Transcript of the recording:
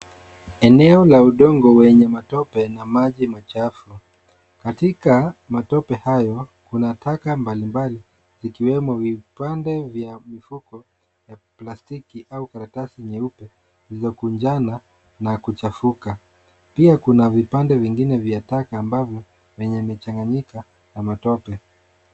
Eneo la udongo wenye matope na maji machafu. Katika matope hayo, kuna taka mbalimbali ikiwemo vipande vya mifuko ya plastiki au karatasi nyeupe zilizokunjana na kuchafuka. Pia kuna vipande vingine vya taka ambavyo vimechanganyika na matope.